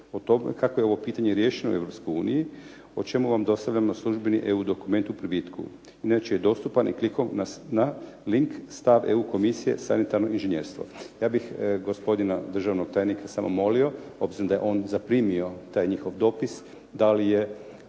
kako je ovo pitanje riješeno u Europskoj uniji o čemu vam dostavljamo službeni EU dokument u privitku. Inače je dostupan i klikom na link stav EU komisije sanitarno inžinjerstvo. Ja bih gospodina državnog tajnika samo molio obzirom da je on zaprimio taj njihov dopis da li je